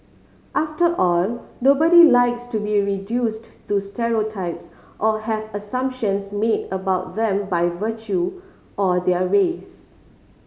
after all nobody likes to be reduced to stereotypes or have assumptions made about them by virtue of their race